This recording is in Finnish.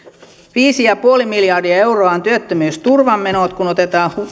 viisi pilkku viisi miljardia euroa ovat työttömyysturvan menot kun otetaan